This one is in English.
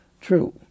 True